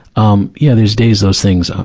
um yeah, there's days, those things, ah,